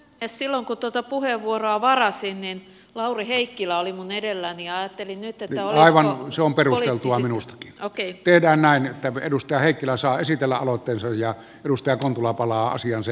esillä on kututopuheenvuoroa varasinnen lauri heikkilä oli mun puhemiesneuvosto ehdottaa että harva se on perusteltava minusta ei tiedä nainen edustaja heikkilän asia lähetetään sosiaali ja terveysvaliokuntaan